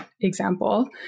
example